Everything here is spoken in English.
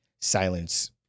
silence